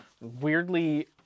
weirdly